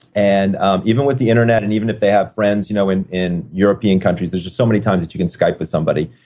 and um even with the internet and even if they have friends you know in in european countries, there's just so many times that you can skype with somebody.